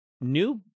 new